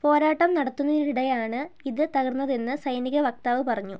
പോരാട്ടം നടത്തുന്നതിനിടെയാണ് ഇത് തകർന്നതെന്ന് സൈനിക വക്താവ് പറഞ്ഞു